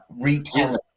retail